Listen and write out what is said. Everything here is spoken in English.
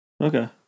Okay